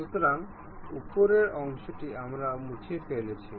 সুতরাং উপরের অংশটি আমরা মুছে ফেলেছি